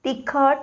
तिखट